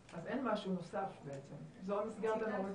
אז אין משהו נוסף בעצם, זו המסגרת הנורמטיבית.